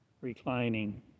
reclining